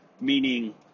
meaning